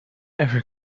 ever